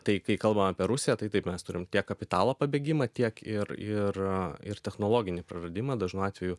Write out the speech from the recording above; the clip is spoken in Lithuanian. tai kai kalbam apie rusiją tai taip mes turim tiek kapitalo pabėgimą tiek ir ir ir technologinį praradimą dažnu atveju